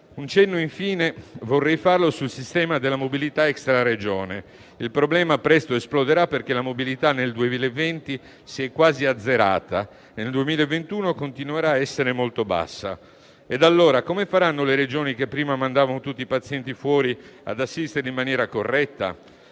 Un cenno, infine, vorrei farlo sul sistema della mobilità extra-Regione. Il problema presto esploderà, perché la mobilità nel 2020 si è quasi azzerata e nel 2021 continuerà a essere molto bassa. Come faranno allora le Regioni che prima mandavano tutti i pazienti fuori ad assisterli in maniera corretta?